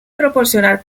proporcionar